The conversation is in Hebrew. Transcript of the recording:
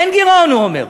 אין גירעון, הוא אומר.